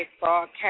broadcast